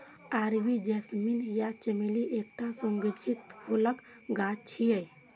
अरबी जैस्मीन या चमेली एकटा सुगंधित फूलक गाछ छियै